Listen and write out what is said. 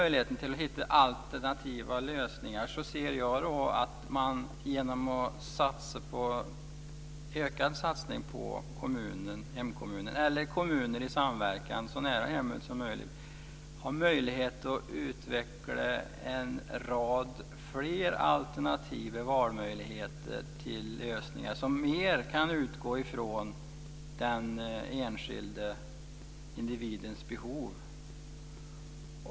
Jag anser att man genom en ökad satsning på hemkommunen eller kommuner i samverkan så nära hemmet som möjligt har möjlighet att utveckla flera alternativa lösningar som mer kan utgå från den enskilda individens behov.